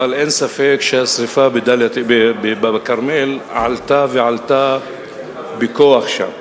אבל אין ספק שהשרפה בכרמל עלתה, ועלתה בכוח שם.